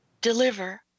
deliver